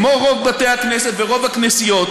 כמו רוב בתי-הכנסת ורוב הכנסיות,